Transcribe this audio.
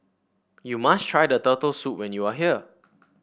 you must try Turtle Soup when you are here